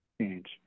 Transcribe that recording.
change